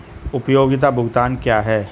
उपयोगिता भुगतान क्या हैं?